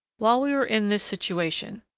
while we were in this situation,